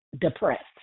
depressed